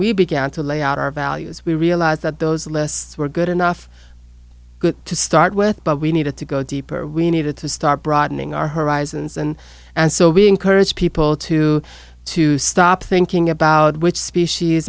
we began to lay out our values we realized that those lists were good enough to start with but we needed to go deeper we needed to start broadening our horizons and and so we encourage people to to stop thinking about which species